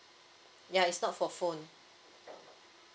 ya it's not for phone